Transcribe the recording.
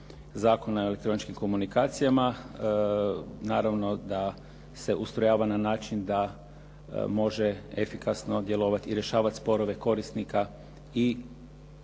Zakona o elektroničkim komunikacijama, naravno da se ustrojava na način da može efikasno djelovati i rješavati sporove korisnika i